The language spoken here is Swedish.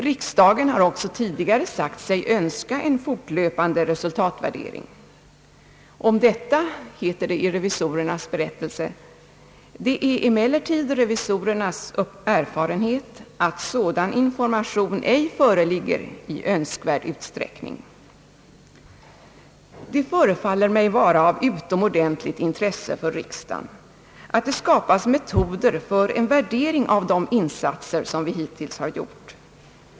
Riksdagen har också tidigare sagt sig önska en fortlöpande resultatvärdering. Om detta heter det i revisorernas berättelse: »Det är emellertid revisorernas erfarenhet att sådan information ej föreligger i önskvärd utsträckning.» Det förefaller mig vara av utomordentligt intresse för riksdagen att det skapas metoder för en värdering av de insatser som vi hittills gjort.